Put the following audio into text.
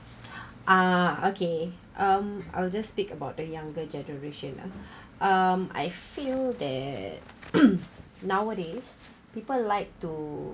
ah okay um I'll just speak about the younger generation ah um I feel that nowadays people like to